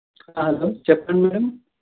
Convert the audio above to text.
hello చెప్పండి madam